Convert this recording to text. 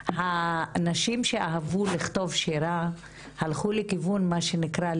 הנשים שאהבו לכתוב שירה הלכו לכיוון מה שנקרא,